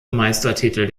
meistertitel